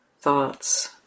thoughts